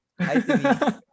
hi